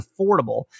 affordable